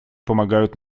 помогают